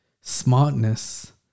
smartness